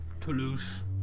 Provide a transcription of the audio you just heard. Toulouse